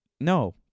no